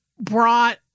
brought